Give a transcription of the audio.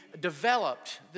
developed